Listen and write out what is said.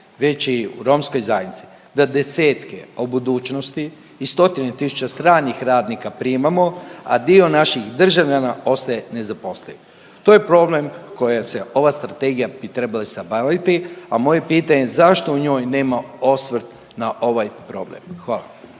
već i u romskoj zajednici da desetke u budućnosti i stotine tisuća stranih radnika primamo, a dio naših državljana ostaje nezaposleni. To je problem kojim se ova strategija bi trebala se baviti, a moje je pitanje zašto u njoj nema osvrt na ovaj problem? Hvala.